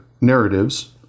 narratives